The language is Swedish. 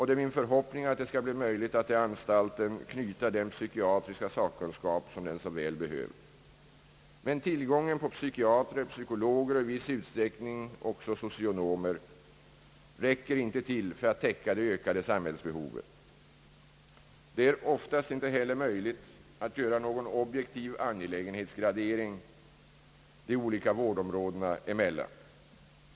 Det är min förhoppning att det skall bli möjligt att till anstalten knyta den psykiatriska sakkunskap som den så väl behöver. Men tillgången på psykiatrer, psykologer och i viss utsträckning även socionomer räcker inte till för att täcka de ökade samhällsbehoven. Det är oftast inte heller möjligt att göra någon objektiv angelägenhetsgradering de olika vårdområdena emellan.